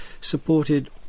supported